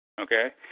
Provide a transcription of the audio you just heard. Okay